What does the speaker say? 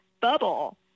bubble